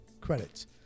credits